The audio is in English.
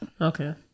okay